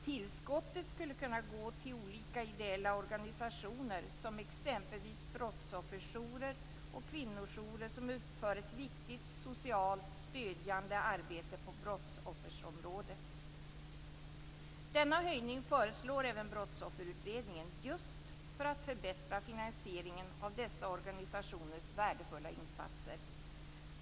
Tillskottet skulle kunna gå till olika ideella organisationer, såsom t.ex. brottsofferjourer och kvinnojourer, som utför ett viktigt, socialt och stödjande arbete på brottsofferområdet. Denna höjning föreslår även Brottsofferutredningen just för att förbättra finansieringen av dessa organisationers värdefulla insatser.